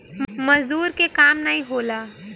मजदूर के काम नाही होला